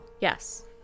yes